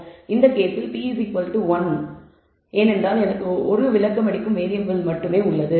இந்த கேஸில் p 1 ஏனென்றால் எனக்கு 1 விளக்கமளிக்கும் வேறியபிள் மட்டுமே உள்ளது